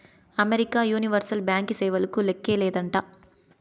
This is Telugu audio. అమెరికా యూనివర్సల్ బ్యాంకీ సేవలకు లేక్కే లేదంట